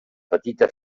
petita